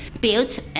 built